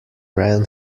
ran